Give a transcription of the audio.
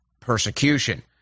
persecution